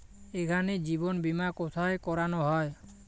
এখানে জীবন বীমা কোথায় করানো হয়?